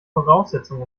voraussetzung